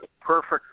perfect